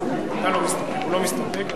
אתה לא מסתפק.